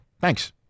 Thanks